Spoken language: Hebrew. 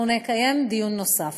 נקיים דיון נוסף.